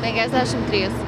penkiasdešimt trys